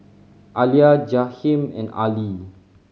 Alia Jaheim and Arlie